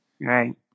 Right